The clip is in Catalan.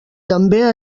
també